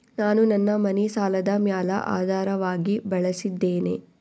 ನಾನು ನನ್ನ ಮನಿ ಸಾಲದ ಮ್ಯಾಲ ಆಧಾರವಾಗಿ ಬಳಸಿದ್ದೇನೆ